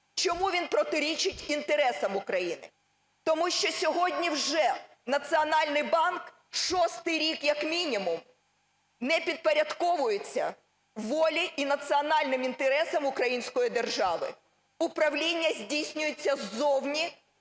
Чому він протирічить інтересам України? Тому що сьогодні вже Національний банк шостий рік, як мінімум, не підпорядковується волі і національним інтересам української держави. Управління здійснюється ззовні,